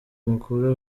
makuru